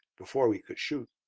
before we could shoot.